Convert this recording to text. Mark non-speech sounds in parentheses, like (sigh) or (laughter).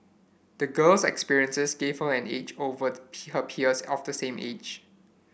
the girl's experiences gave her an edge over (unintelligible) her peers of the same age